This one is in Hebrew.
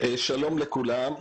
שלום לכולם.